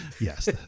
Yes